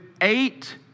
eight